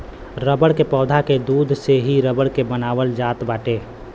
rubber के पौधा के दूध से ही रबर के बनावल जात बाटे